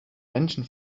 menschen